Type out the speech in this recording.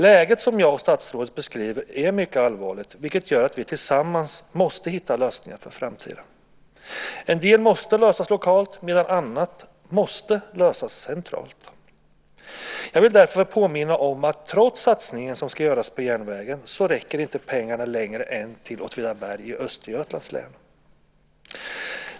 Läget som jag och statsrådet beskriver är mycket allvarligt, vilket gör att vi tillsammans måste hitta lösningar för framtiden. En del måste lösas lokalt, medan annat måste lösas centralt. Jag vill därför påminna om att trots satsningen som ska göras på järnvägen räcker inte pengarna längre än till Åtvidaberg i Östergötlands län.